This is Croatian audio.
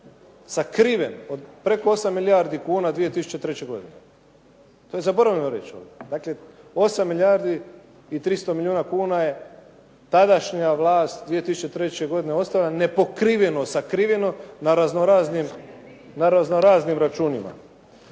sakriven preko 8 milijardi kuna 2003. godine. To je zaboravljeno reći ovdje. Dakle, 8 milijardi i 300 milijuna kuna je tadašnja vlast 2003. godine ostavila nepokriveno, sakriveno na razno-raznim računima.